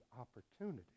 opportunity